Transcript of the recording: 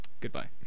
goodbye